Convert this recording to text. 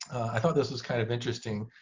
i thought this was kind of interesting.